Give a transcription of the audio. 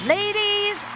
ladies